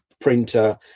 printer